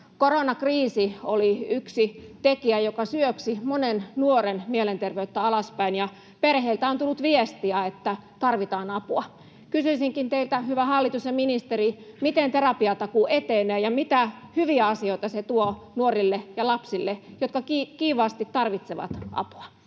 Koronakriisi oli yksi tekijä, joka syöksi monen nuoren mielenterveyttä alaspäin, ja perheiltä on tullut viestiä, että tarvitaan apua. Kysyisinkin teiltä, hyvä hallitus ja ministeri: miten terapiatakuu etenee, ja mitä hyviä asioita se tuo nuorille ja lapsille, jotka kiivaasti tarvitsevat apua?